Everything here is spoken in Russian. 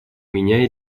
меня